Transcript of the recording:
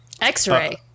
X-Ray